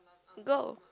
go